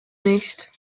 nicht